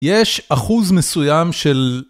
יש אחוז מסוים של...